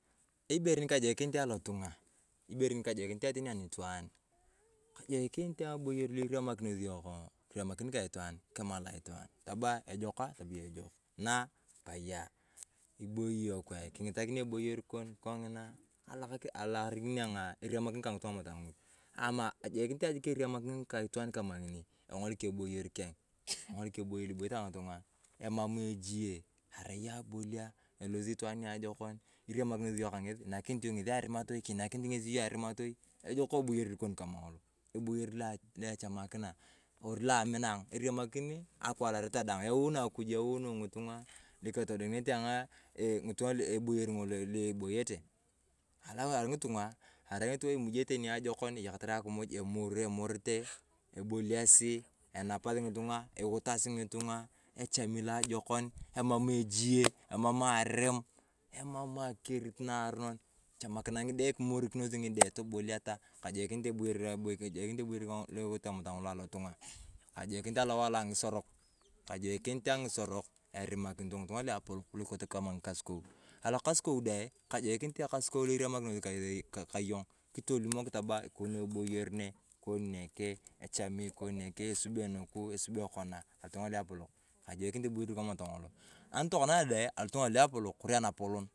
Ibere nikajokinit ayong alotung’a, ibere nikajoikinit tani anitwaan kajoikinit eboyor iriamakines yongi kiriamakin ka itwaan kimala itwaa aaba ejokaaa tamaa yong ejok. Naaa paya. Eboiii yong kwaii kingitakin eboyo kon kongina alakarikin ayong ariamakin kaaa ngitung’a kama taa ng’ulu ama ejoikinit aang’aa eremakini kaa itwaan kama ngini engolik eboyor, keng engolik eboyor eboyete kaa ngitung’a emam ejie erai abolia, elosi itwaan niajokon iriamakinosi iyong ka ngesi nak ngesi erimatoi kinakinito ngesi iyong arimatoi. Ejok eboyor loa koni kama ngolo. Eboyor laaa loechamakina, kori loamina aangaa eriamakiniiii ngakwaleretaa daang wuuni akujuu wauni ngitung’a loakitodo ng’wete aang’aaa itwaaa eboyor ngolo loa iboyote alaa alu tung’a erai ngitung’a lomuyete niajokon eyakatar akimuj eee emorete, eboleaasi, enapasi ngitung’a lutasi ngiting’a echami loajokon emam ejie emam arem emam akirit naronon, echamakina ngide kimorikinoj ngide toboliata kajoikinit alowae alongisorok kajoikinit ekaskout eriamakinos ka yong kitolimok tama ikoni eboyor nee ikone ikarie neke echami ikone neke esubi nuku esubio nugu kona alotung’a aluapolok kajoikinet eboyor kama tang’olo anitatokona dae alotung’a aloapalak kore anapolon.